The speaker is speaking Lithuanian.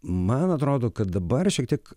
man atrodo kad dabar šiek tiek